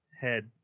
head